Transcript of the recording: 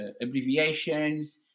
abbreviations